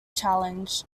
challenge